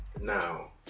Now